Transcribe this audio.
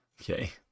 Okay